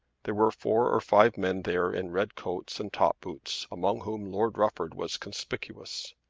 there were four or five men there in red coats and top boots, among whom lord rufford was conspicuous.